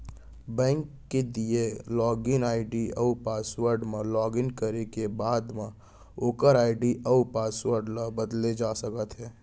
bank के दिए login ID अउ पासवर्ड म लॉगिन करे के बाद म ओकर आईडी अउ पासवर्ड ल बदले जा सकते हे